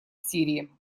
сирии